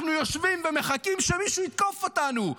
אנחנו יושבים ומחכים שמישהו יתקוף אותנו,